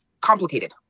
complicated